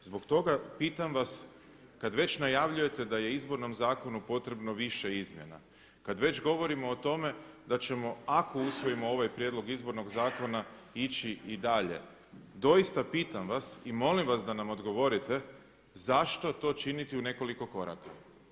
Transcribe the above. Zbog toga pitam vas kad već najavljujete da je Izbornom zakonu potrebno više izmjena, kad već govorimo o tome da ćemo ako usvojimo ovaj prijedlog Izbornog zakona ići i dalje doista pitam vas i molim vas da nam odgovorite zašto to činiti u nekoliko koraka.